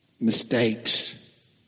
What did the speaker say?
mistakes